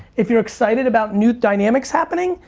if you're excited about new dynamics happening,